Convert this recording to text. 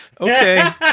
Okay